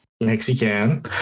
Mexican